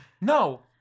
No